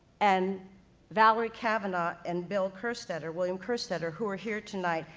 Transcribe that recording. and valerie cavanaugh, and bill kerstetter, william kerstetter, who are here tonight.